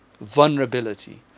vulnerability